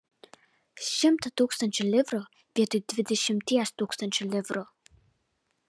šimtą tūkstančių livrų vietoj dvidešimties tūkstančių livrų